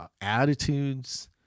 attitudes